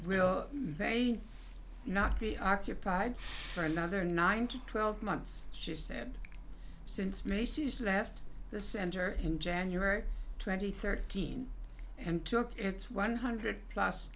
real may not be occupied for another nine to twelve months she said since macy's left the center in january twenty third teen and took its one hundred plus